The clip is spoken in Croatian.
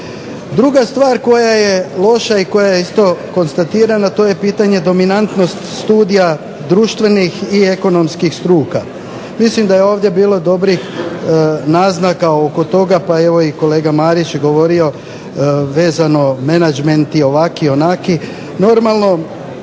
Druga stvar koja je loša i koja je isto konstatirana, to je pitanje dominantnost studija društvenih i ekonomskih struka. Mislim da je ovdje bilo dobrih naznaka oko toga, pa evo i kolega Marić je govorio vezano menadžmenti ovaki, onaki,